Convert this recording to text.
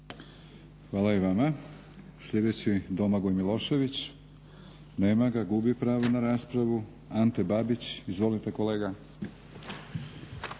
Hvala i vama. Sljedeći Domagoj Milošević, nema ga, gubi pravo na raspravu. Ante Babić izvolite kolega.